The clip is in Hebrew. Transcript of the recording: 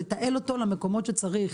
לתעל אותו למקומות שצריך,